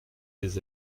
des